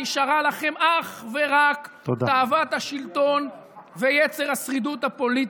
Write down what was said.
נשארו לכם אך ורק תאוות השלטון ויצר השרידות הפוליטית.